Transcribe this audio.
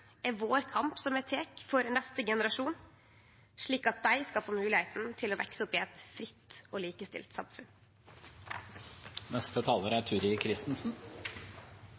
er vår kamp, som vi tek for neste generasjon, slik at dei skal få moglegheita til å vekse opp i eit fritt og likestilt